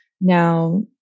now